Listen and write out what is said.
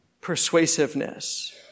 persuasiveness